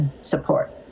support